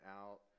out